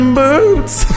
boots